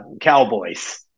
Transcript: cowboys